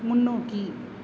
முன்னோக்கி